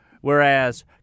Whereas